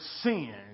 sin